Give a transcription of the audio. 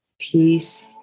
Peace